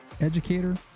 educator